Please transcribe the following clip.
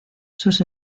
sus